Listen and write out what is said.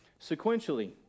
sequentially